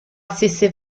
stesse